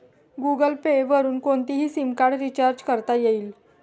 Google Pay वरुन कोणतेही SIM card recharge करता येईल